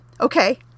okay